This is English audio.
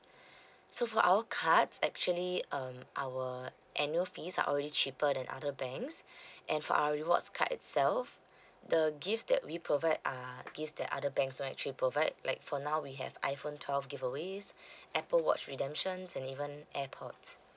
so for our cards actually um our annual fees are already cheaper than other banks and for our rewards card itself the gifts that we provide are gifts that other banks won't actually provide like for now we have iphone twelve giveaways apple watch redemptions and even airpods